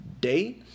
Day